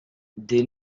des